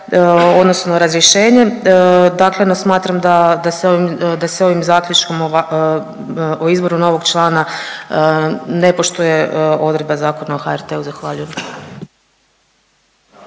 odnosno razrješenjem, dakle no smatram da se ovim zaključkom o izboru novog člana ne poštuje odredba Zakona o HRT-u. Zahvaljujem.